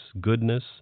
goodness